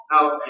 Now